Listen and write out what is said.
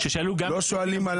לא שואלים על